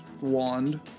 wand